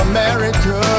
America